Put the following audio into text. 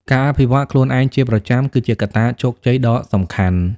ការអភិវឌ្ឍន៍ខ្លួនឯងជាប្រចាំគឺជាកត្តាជោគជ័យដ៏សំខាន់។